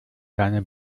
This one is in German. deine